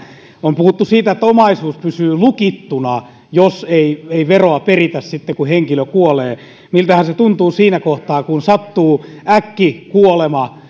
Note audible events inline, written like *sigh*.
on puhuttu siitä että omaisuus pysyy lukittuna jos ei peritä veroa sitten kun henkilö kuolee miltähän se tuntuu siinä kohtaa kun sattuu äkkikuolema *unintelligible*